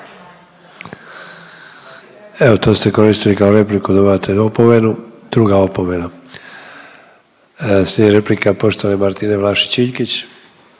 Evo to ste koristili kao repliku, dobivate opomenu, druga opomena. Slijedi replika poštovane Martine Vlašić Iljkić.